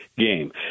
game